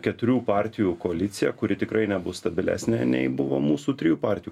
keturių partijų koalicija kuri tikrai nebus stabilesnė nei buvo mūsų trijų partijų